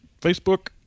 Facebook